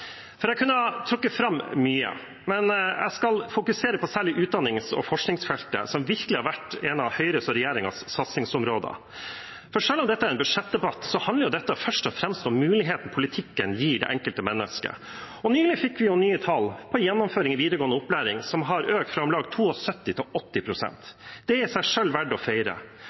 Jeg kunne ha trukket fram mye, men jeg skal særlig fokusere på utdannings- og forskningsfeltet, som virkelig har vært en av Høyre og regjeringens satsingsområder. Selv om dette er en budsjettdebatt, handler det først og fremst om muligheten politikken gir det enkelte mennesket. Nylig fikk vi nye tall for gjennomføring i videregående opplæring, som har økt fra om lag 72 pst. til 80 pst. Det er i seg selv verdt å feire.